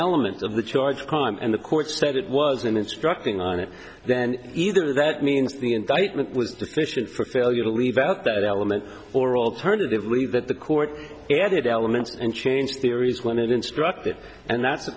element of the charge crime and the court said it wasn't instructing on it then either that means the indictment was sufficient for failure to leave out that element or alternatively that the court added elements and changed theories when it instructed and that's a